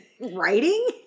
Writing